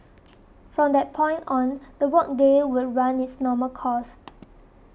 from that point on the work day would run its normal course